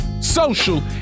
social